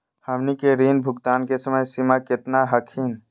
हमनी के ऋण भुगतान के समय सीमा केतना हखिन?